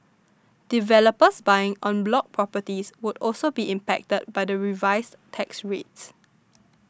developers buying en bloc properties would also be impacted by the revised tax rates